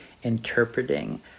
interpreting